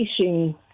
facing